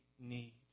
need